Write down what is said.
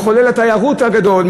מחולל התיירות הגדול,